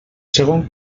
segon